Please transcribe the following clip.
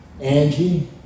Angie